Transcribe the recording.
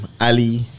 Ali